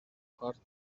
heart